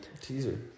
Teaser